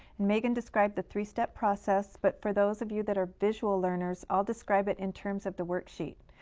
megan described the three-step process, but for those of you that are visual learners, i'll describe it in terms of the worksheet.